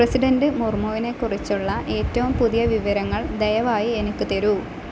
president മുർമുവിനെ കുറിച്ചുള്ള ഏറ്റവും പുതിയ വിവരങ്ങൾ ദയവായി എനിക്ക് തരൂ